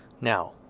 Now